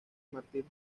martín